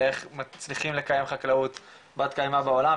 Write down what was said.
ואיך מצליחים לקיים חקלאות בת קיימא בעולם,